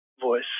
voice